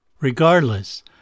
Regardless